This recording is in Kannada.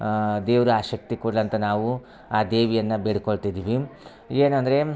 ಆ ದೇವ್ರು ಆ ಶಕ್ತಿ ಕೊಡ್ಲಿ ಅಂತ ನಾವು ಆ ದೇವಿಯನ್ನ ಬೇಡ್ಕೋಳ್ತಿದ್ದೀವಿ ಏನಂದರೆ